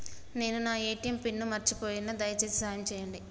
నేను నా ATM pin మర్చిపోయిన, దయచేసి సాయం చేయండి